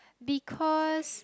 because